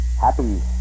happy